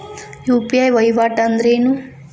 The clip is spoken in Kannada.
ಯು.ಪಿ.ಐ ವಹಿವಾಟ್ ಅಂದ್ರೇನು?